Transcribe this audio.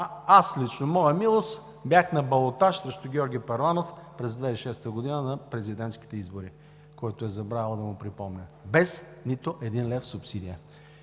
аз лично, моя милост, бях на балотаж срещу Георги Първанов през 2006 г. на президентските избори – който е забравил да му припомня – без нито един лев субсидия.